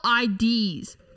IDs